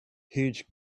huge